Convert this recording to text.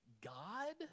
God